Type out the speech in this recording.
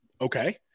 Okay